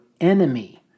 enemy